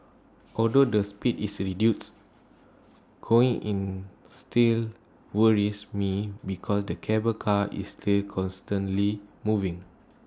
although the speed is reduced going in still worries me because the cable car is still constantly moving